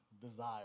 desire